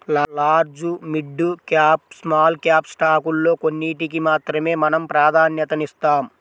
large, mid cap, small cap స్టాకుల్లో కొన్నిటికి మాత్రమే మనం ప్రాధన్యతనిస్తాం